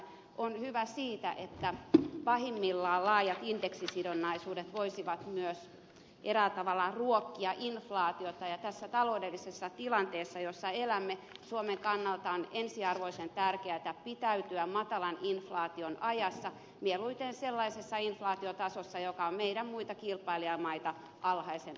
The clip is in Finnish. se on hyvä siksi että pahimmillaan laajat indeksisidonnaisuudet voisivat myös eräällä tavalla ruokkia inflaatiota ja tässä taloudellisessa tilanteessa jossa elämme suomen kannalta on ensiarvoisen tärkeätä pitäytyä matalan inflaation ajassa mieluiten sellaisessa inflaatiotasossa joka on meidän kilpailijamaitamme alhaisempi